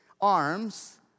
arms